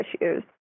issues